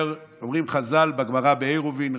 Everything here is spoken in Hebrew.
אומרים חז"ל בגמרא בעירובין,